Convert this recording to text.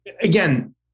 again